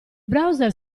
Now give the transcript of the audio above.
browser